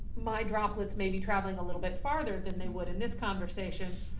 my droplets may be traveling a little bit farther, than they would in this conversation.